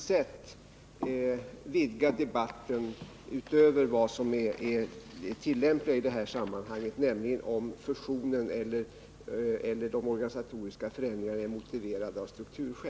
i bilden och anlägger ett fördelningspolitiskt perspektiv, att det är att på ett något våghalsigt sätt utvidga debatten och att det går utöver den debatt som är tillämplig i dessa sammanhang, nämligen om fusionen eller de organisatoriska förändringarna är motiverade av strukturskäl.